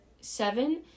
seven